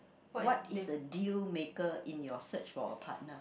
what is a deal maker in your search for a partner